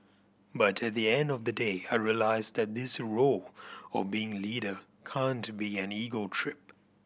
but at the end of the day I realised that this role of being leader can't be an ego trip